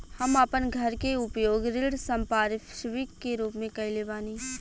हम आपन घर के उपयोग ऋण संपार्श्विक के रूप में कइले बानी